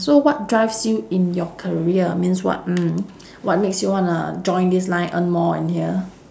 so what drives you in your career means what mm what makes you wanna join this line earn more in here